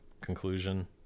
conclusion